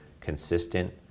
consistent